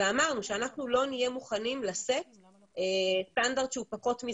ואמרנו שאנחנו לא נהיה מוכנים לשאת סטנדרט שהוא פחות מזה.